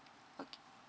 okay